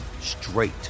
straight